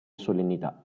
solennità